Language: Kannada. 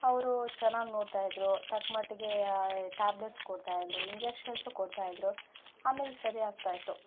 ಅವರೂ ಚೆನ್ನಾಗ್ ನೋಡ್ತಾಯಿದ್ರು ತಕ್ಕಮಟ್ಗೇ ಟ್ಯಾಬ್ಲೆಟ್ಸ್ ಕೊಡ್ತಾಯಿದ್ರು ಇಂಜೆಕ್ಷನ್ಸು ಕೊಡ್ತಾಯಿದ್ರು ಆಮೇಲೆ ಸರಿ ಆಗ್ತಾಯಿತ್ತು